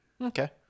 okay